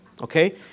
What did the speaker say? Okay